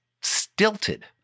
stilted